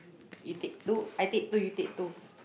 you take two I take two you take two